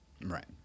Right